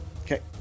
Okay